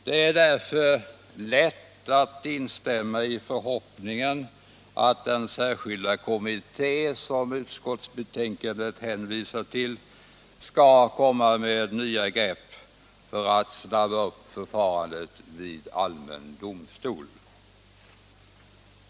Det är mot denna bakgrund lätt att ansluta sig till förhoppningen att den särskilda kommitté som utskottet hänvisar till skall ta nya grepp för att snabba upp förfarandet vid allmän domstol.